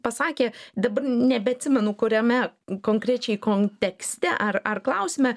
pasakė dabar nebeatsimenu kuriame konkrečiai kontekste ar ar klausime